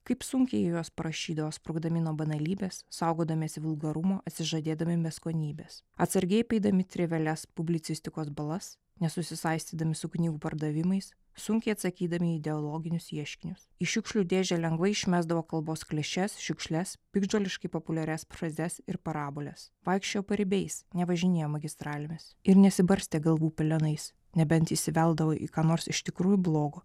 kaip sunkiai juos parašydavo sprukdami nuo banalybės saugodamiesi vulgarumo atsižadėdami beskonybės atsargiai apeidami trivialias publicistikos balas nesusisaistydami su knygų pardavimais sunkiai atsakydami į ideologinius ieškinius į šiukšlių dėžę lengvai išmesdavo kalbos klišes šiukšles piktdžoliškai populiarias frazes ir paraboles vaikščiojo paribiais nevažinėjo magistralėmis ir nesibarstė galvų pelenais nebent įsiveldavo į ką nors iš tikrųjų blogo